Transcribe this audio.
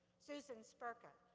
susan szpyrka,